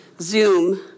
Zoom